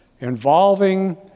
involving